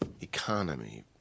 Economy